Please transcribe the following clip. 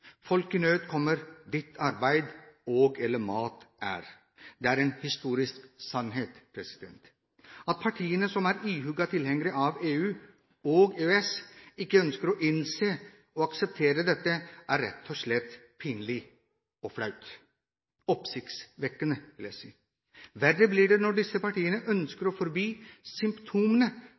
Folk i nød kommer dit arbeid og/eller mat er. Det er en historisk sannhet. At partiene som er ihuga tilhengere av EU og EØS, ikke ønsker å innse og akseptere dette, er rett og slett pinlig og flaut – oppsiktsvekkende, vil jeg si. Verre blir det når disse partiene ønsker å forby symptomene